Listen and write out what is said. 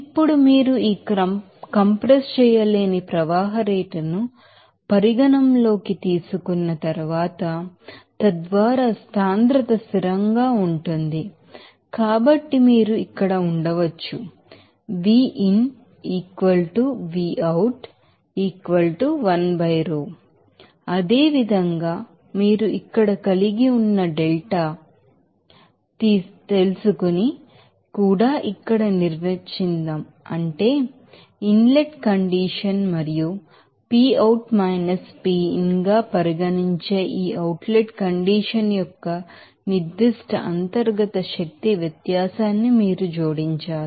ఇప్పుడు మీరు ఆ కంప్రెస్చేయలేని ఫ్లో రేట్ ను పరిగణనలోకి తీసుకున్న తరువాత తద్వారా డెన్సిటీ స్థిరంగా ఉంటుంది కాబట్టి మీరు ఇక్కడ ఉండవచ్చు అదేవిధంగా మీరు ఇక్కడ కలిగి ఉన్న డెల్టా మీకు టోపీ ని తెలుసని కూడా ఇక్కడ నిర్వచిద్దాం అంటే ఇన్ లెట్ కండిషన్ మరియు Pout - Pin గా పరిగణించేఈ అవుట్ లెట్ కండిషన్ యొక్క నిర్ధిష్ట ఇంటర్నల్ ఎనర్జీ డిఫరెన్సెస్ న్ని మీరు జోడించారు